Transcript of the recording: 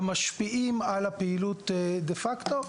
המשפיעים על הפעילות דה-פקטו,